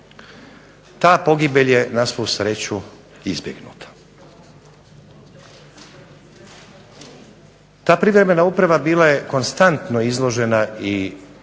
Ta pogibelj je na svu sreću izbjegnuta. Ta privremena uprava bila je konstantno izložena i jednoj